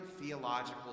theological